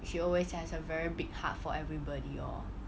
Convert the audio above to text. she always has a very big heart for everybody orh